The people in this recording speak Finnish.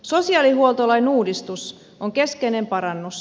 sosiaalihuoltolain uudistus on keskeinen parannus